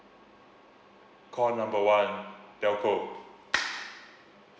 call number one telco